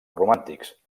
romàntics